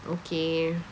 okay